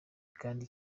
kandi